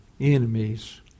enemies